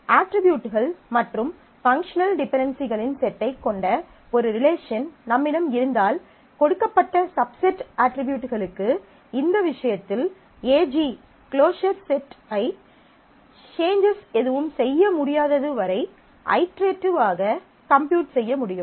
அட்ரிபியூட்கள் மற்றும் பங்க்ஷனல் டிபென்டென்சிகளின் செட்டைக் கொண்ட ஒரு ரிலேஷன் நம்மிடம் இருந்தால் கொடுக்கப்பட்ட சப்செட் அட்ரிபியூட்களுக்கு இந்த விஷயத்தில் AG க்ளோஸர் செட் ஐ சேன்ஜஸ் எதுவும் செய்ய முடியாதது வரை ஐட்ரெட்டிவ் ஆக கம்ப்யூட் செய்ய முடியும்